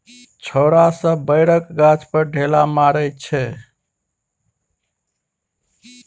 छौरा सब बैरक गाछ पर ढेला मारइ छै